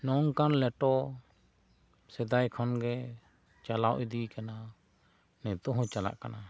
ᱱᱚᱝᱠᱟᱱ ᱞᱮᱴᱚ ᱥᱮᱫᱟᱭ ᱠᱷᱚᱱ ᱜᱮ ᱪᱟᱞᱟᱣ ᱤᱫᱤᱭᱟᱠᱟᱱᱟ ᱱᱤᱛᱚᱜ ᱦᱚᱸ ᱪᱟᱞᱟᱜ ᱠᱟᱱᱟ